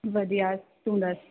ਵਧੀਆ ਤੂੰ ਦੱਸ